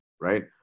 Right